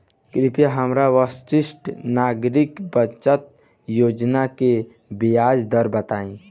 कृपया हमरा वरिष्ठ नागरिक बचत योजना के ब्याज दर बताई